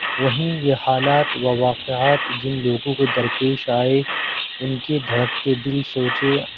وہیں یہ حالات و واقعات جن لوگوں کو درپیش آئے ان کے دھڑکتے دل سوچیں